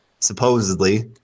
supposedly